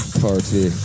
party